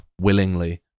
willingly